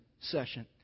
session